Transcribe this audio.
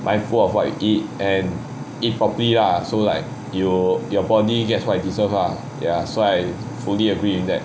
mindful of what you eat and eat properly ah so like you your body get what it deserve ah ya so I fully agree with that